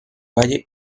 valle